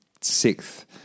Sixth